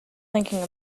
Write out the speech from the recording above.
thinking